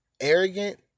arrogant